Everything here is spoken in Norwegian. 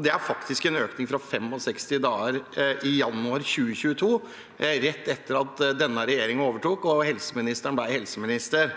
Det er faktisk en økning fra 65 dager i januar 2022 – etter at denne regjeringen overtok og helseministeren ble helseminister.